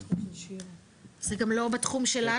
זה בתחום -- זה גם לא בתחום שלנו,